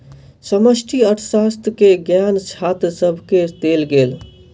समष्टि अर्थशास्त्र के ज्ञान छात्र सभके देल गेल